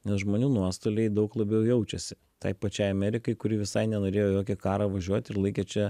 nes žmonių nuostoliai daug labiau jaučiasi tai pačiai amerikai kuri visai nenorėjo į jokį karą važiuoti ir laikė čia